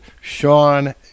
Sean